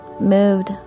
Moved